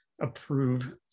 approve